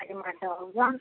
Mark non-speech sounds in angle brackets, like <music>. <unintelligible>